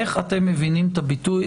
איך אתם מבינים את הביטוי,